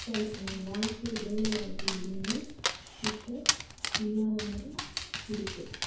கல் வாய்ப்பு வேலைவாய்ப்பு எதுவுமே இப்போ இல்லாத மாதிரி இருக்குது